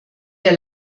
der